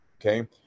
okay